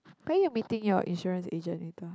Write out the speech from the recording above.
where you meeting your insurance agent later